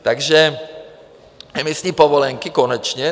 Takže emisní povolenky konečně.